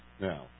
now